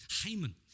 Haman